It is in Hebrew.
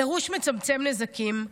דרוש מצמצם נזקים,